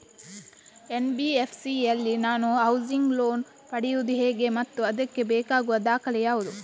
NBFC ಯಲ್ಲಿ ನಾನು housing loan ಪಡೆಯುದು ಹೇಗೆ ಮತ್ತು ಅದಕ್ಕೆ ಬೇಕಾಗುವ ದಾಖಲೆ ಯಾವುದು?